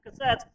cassettes